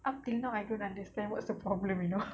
up till now I don't understand what's the problem you know